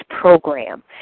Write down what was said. program